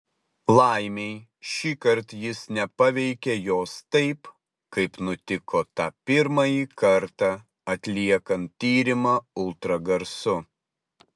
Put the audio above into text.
laimei šįkart jis nepaveikė jos taip kaip nutiko tą pirmąjį kartą atliekant tyrimą ultragarsu